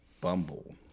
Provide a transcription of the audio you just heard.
Bumble